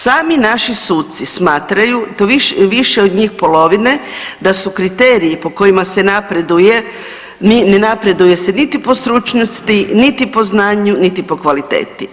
Sami naši suci smatraju, više od njih polovine, da su kriteriji po kojima se napreduje, ne napreduje se niti po stručnosti, niti po znanju, niti po kvaliteti.